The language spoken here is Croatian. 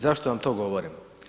Zašto vam to govorim?